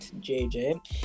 JJ